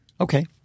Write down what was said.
Okay